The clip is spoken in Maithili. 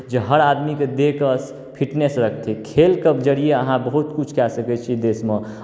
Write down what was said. जे हर आदमीके देहकेँ फिटनेस रखतै खेलके जरिए अहाँ बहुत किछु कए सकैत छी देशमे